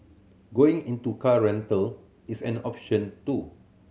going into car rental is an option too